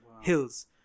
hills